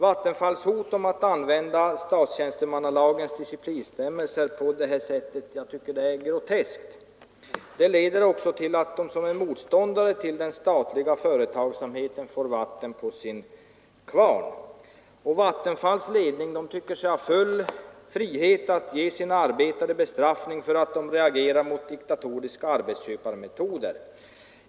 Vattenfalls hot att använda statstjänstemannalagens disciplinbestämmelser på det här sättet tycker jag är groteskt. Det leder också till att de som är motståndare till den statliga företagsamheten får vatten på sin kvarn. Vattenfalls ledning tycker sig ha full frihet att ge sina arbetare bestraffning för att de reagerar mot diktatoriska arbetsköparmetoder.